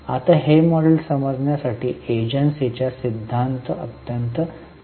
आता हे मॉडेल समजण्यासाठी एजन्सीचा सिद्धांत अत्यंत महत्वाचा आहे